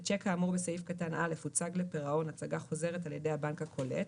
ושיק כאמור בסעיף קטן (א) הוצג לפירעון הצגה חוזרת על ידי הבנק הקולט,